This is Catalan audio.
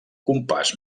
compàs